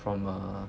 from a